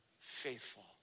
faithful